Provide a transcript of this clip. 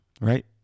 Right